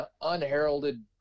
unheralded